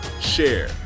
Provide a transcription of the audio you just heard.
share